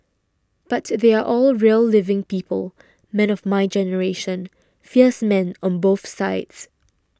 but they are all real living people men of my generation fierce men on both sides